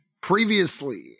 Previously